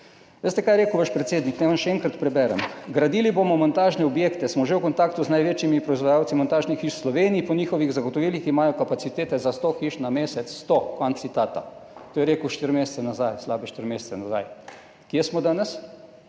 Veste, kaj je rekel vaš predsednik? Naj vam še enkrat preberem: »Gradili bomo montažne objekte. Smo že v kontaktu z največjimi proizvajalci montažnih hiš v Sloveniji, po njihovih zagotovilih imajo kapacitete za sto hiš na mesec. Sto.« Konec citata. To je rekel slabe štiri mesece nazaj. Kje smo danes?